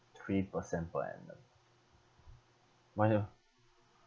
three percent per annum mine here